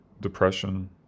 depression